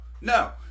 no